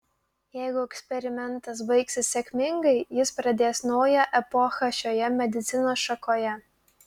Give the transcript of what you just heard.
jeigu eksperimentas baigsis sėkmingai jis pradės naują epochą šioje medicinos šakoje